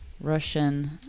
Russian